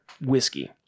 whiskey